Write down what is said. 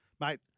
mate